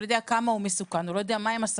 לא יודע מהן הסכנות,